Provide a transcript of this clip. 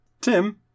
Tim